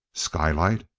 skylight?